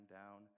down